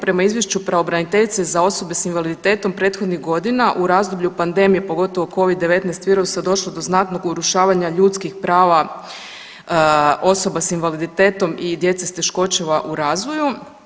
Prema izvješću pravobraniteljice za osobe s invaliditetom prethodnih godina u razdoblju pandemije pogotovo Covid-19 virusa došlo je do znatnog urušavanja ljudskih prava osoba s invaliditetom i djece s teškoćama u razvoju.